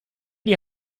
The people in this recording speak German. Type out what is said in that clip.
die